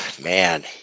man